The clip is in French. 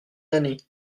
l’année